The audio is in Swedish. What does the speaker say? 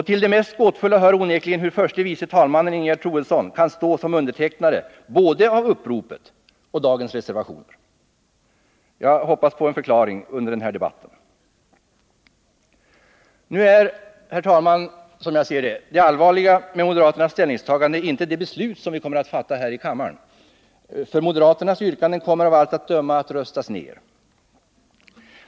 Till det mest gåtfulla hör onekligen hur förste vice talmannen Ingegerd Troedsson kan stå som undertecknare av både uppropet och dagens reservationer. Jag hoppas på en förklaring under den här debatten. Herr talman! Nu är det allvarliga med moderaternas ställningstagande, som jag ser det, inte de beslut vi fattar här i kammaren. De moderata yrkandena kommer av allt att döma att röstas ner.